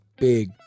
Big